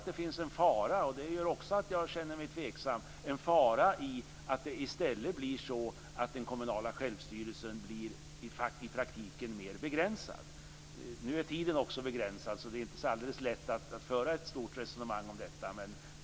Det finns en fara, och det gör också att jag känner mig tveksam, att den kommunala självstyrelsen i stället i praktiken blir mer begränsad. Nu är också tiden begränsad. Det är inte alldeles lätt att föra ett stort resonemang om detta.